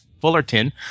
Fullerton